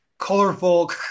colorful